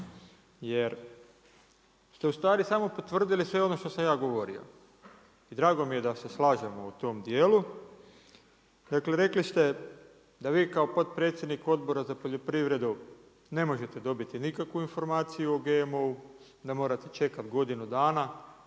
Jer ste u stvari samo potvrdili sve ono što sam ja govorio i drago mi je da se slažemo u tom dijelu. Dakle, rekli ste da vi kao potpredsjednik Odbora za poljoprivredu ne možete dobiti nikakvu informaciju o GMO-u, da morate čekati godinu dana.